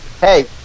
hey